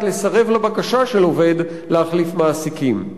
לסרב לבקשה של עובד להחליף מעסיקים.